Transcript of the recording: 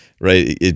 right